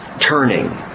turning